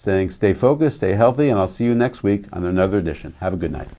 saying stay focused a healthy and i'll see you next week on another dish and have a good night